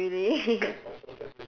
!wah! really